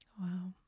Wow